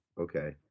okay